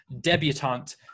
debutante